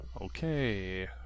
Okay